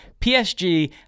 PSG